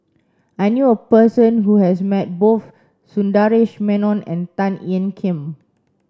I knew a person who has met both Sundaresh Menon and Tan Ean Kiam